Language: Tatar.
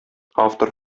автор